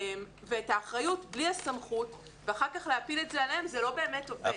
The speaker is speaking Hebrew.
את האחריות בלי הסמכות ואחר כך להפיל את זה עליהם זה לא באמת עובד.